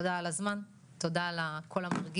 תודה על הזמן, תודה על הקול המרגיע.